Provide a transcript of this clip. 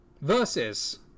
Versus